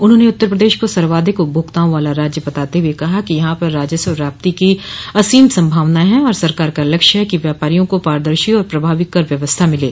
उन्होंने उत्तर प्रदेश को सर्वाधिक उपभोक्ताओं वाला राज्य बताते हुए कहा कि यहां पर राजस्व प्राप्ति की असीम संभावनाएं है और सरकार का लक्ष्य ह कि व्यापारियों को पारदर्शी और प्रभावी कर व्यवस्था मिले